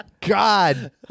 God